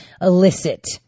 illicit